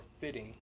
fitting